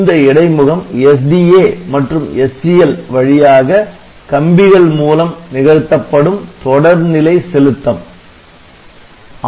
இந்த இடைமுகம் SDA மற்றும் SCL வழியாக "கம்பிகள் மூலம் நிகழ்த்தப்படும் தொடர்நிலை செலுத்தம்"